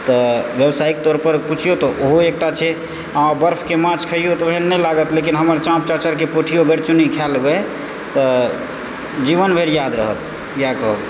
तऽ व्यावसायिक तौरपर पुछियौ तऽ ओहो एकटा छै अहाँ बर्फके माछ खाइयो तऽ ओहन नहि लागत लेकिन हमर चाँक चाँचरके पोठियो गरचुन्नी खा लेबै तऽ जीवन भरि याद रहत इएह कहब